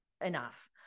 enough